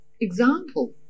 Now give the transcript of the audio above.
example